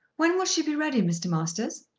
when will she be ready, mr. masters?